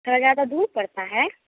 का ज़्यादा दूर पड़ता है